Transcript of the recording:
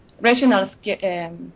regional